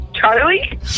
Charlie